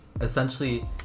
essentially